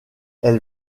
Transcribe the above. elle